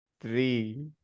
Three